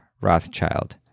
Rothschild